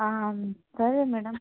సరే మ్యాడమ్